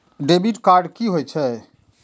Debit card की होय छे?